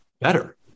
better